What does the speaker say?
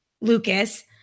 Lucas